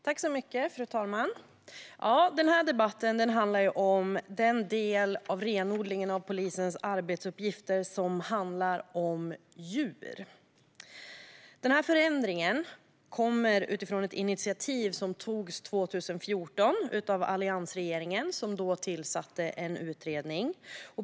Fru talman! Den här debatten handlar om den del av renodlingen av polisens arbetsuppgifter som handlar om djur. Den här förändringen kommer utifrån ett initiativ som togs 2014 av alliansregeringen, som då tillsatte en utredning.